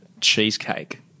cheesecake